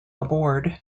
aboard